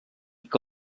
que